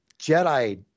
Jedi